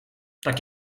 tak